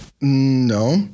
No